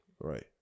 right